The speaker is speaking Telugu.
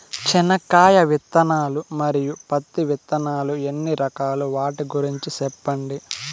చెనక్కాయ విత్తనాలు, మరియు పత్తి విత్తనాలు ఎన్ని రకాలు వాటి గురించి సెప్పండి?